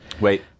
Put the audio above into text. Wait